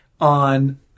on